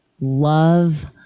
love